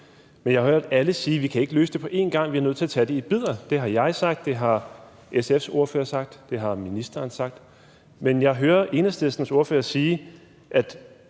Jeg har hørt alle sige: Vi kan ikke løse det på én gang, vi er nødt til at tage det i bidder. Det har jeg sagt, det har SF's ordfører sagt, det har ministeren sagt. Men jeg hører Enhedslistens ordfører sige, at